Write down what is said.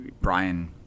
Brian